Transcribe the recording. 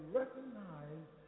recognize